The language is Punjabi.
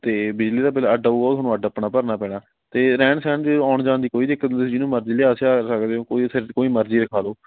ਅਤੇ ਬਿਜਲੀ ਦਾ ਬਿਲ ਅੱਡ ਆਊਗਾ ਉਹ ਤੁਹਾਨੂੰ ਅੱਡ ਆਪਣਾ ਭਰਨਾ ਪੈਣਾ ਅਤੇ ਰਹਿਣ ਸਹਿਣ ਦੀ ਆਉਣ ਜਾਣ ਦੀ ਕੋਈ ਦਿੱਕਤ ਨਹੀਂ ਤੁਸੀਂ ਜਿਹਨੂੰ ਮਰਜ਼ੀ ਲਿਆ ਸਿਆ ਸਕਦੇ ਹੋ ਕੋਈ ਫਿਰ ਕੋਈ ਮਰਜ਼ੀ ਰਖਾ ਲਓ